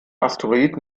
asteroid